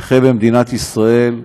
נכה, במדינת ישראל,